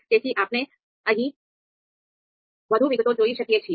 તેથી આપણે અહીં વધુ વિગતો જોઈ શકીએ છીએ